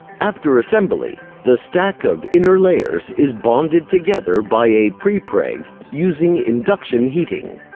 after assembly, the stack of inner layers is bonded together by a prepreg using induction heating.